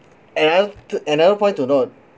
and another point to note